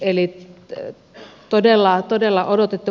eli todella odotettu uutinen